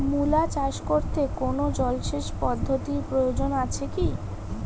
মূলা চাষ করতে কোনো জলসেচ পদ্ধতির প্রয়োজন আছে কী?